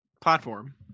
Platform